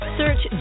search